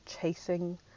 chasing